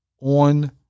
on